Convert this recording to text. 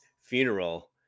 funeral